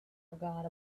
forgot